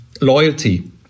loyalty